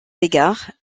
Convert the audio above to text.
égard